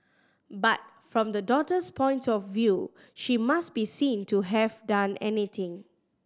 but from the daughter's point of view she must be seen to have done anything